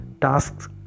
tasks